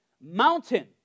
Mountain